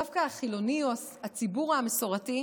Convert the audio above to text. דווקא החילוני או הציבור המסורתי,